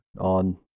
on